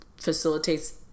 facilitates